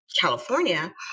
California